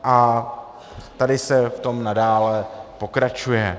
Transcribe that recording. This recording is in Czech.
A tady se v tom nadále pokračuje.